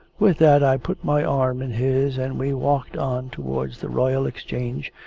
with that i put my arm in his, and we walked on towards the royal exchange,